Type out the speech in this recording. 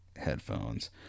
headphones